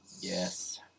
yes